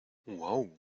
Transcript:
uau